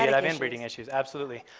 and um inbreeding issues. absolutely.